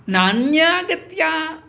नान्यगत्य